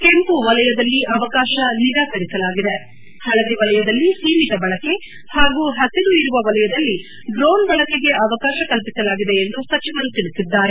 ಕೆಂಪು ವಲಯದಲ್ಲಿ ಅವಕಾಶ ನಿರಾಕರಿಸಲಾಗಿದೆ ಪಳದಿ ವಲಯದಲ್ಲಿ ಸೀಮಿತ ಬಳಕೆ ಹಾಗೂ ಹಸಿರು ಇರುವ ವಲಯದಲ್ಲಿ ಡ್ರೋನ್ ಬಳಕೆಗೆ ಅವಕಾಶ ಕಲ್ಪಿಸಲಾಗಿದೆ ಎಂದು ಸಚಿವರು ತಿಳಿಸಿದ್ದಾರೆ